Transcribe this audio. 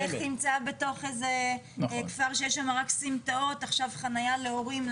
לך תמצא בתוך איזה כפר שיש שם רק סמטאות עכשיו חניה להורים,